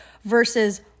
versus